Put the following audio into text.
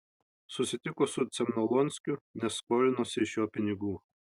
susitiko su cemnolonskiu nes skolinosi iš jo pinigų